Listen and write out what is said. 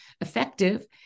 effective